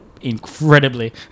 incredibly